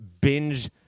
binge